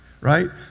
right